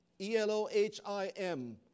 E-L-O-H-I-M